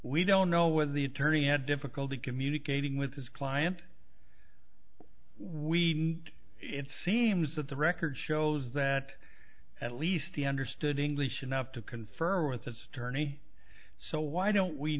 we don't know whether the attorney had difficulty communicating with his client we it seems that the record shows that at least he understood english enough to confer with the tourney so why don't we